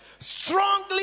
Strongly